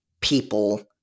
people